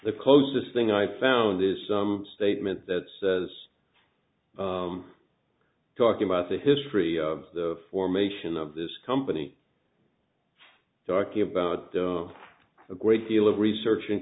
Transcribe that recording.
the closest thing i've found is some statement that says talking about the history of the formation of this company darkie about the great deal of research in